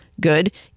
good